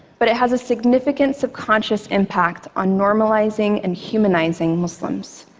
but it has a significant subconscious impact on normalizing and humanizing muslims,